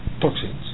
toxins